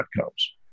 outcomes